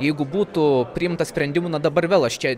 jeigu būtų priimta sprendimų na dabar vėl aš čia